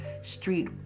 street